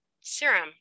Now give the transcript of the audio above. serum